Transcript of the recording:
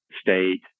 state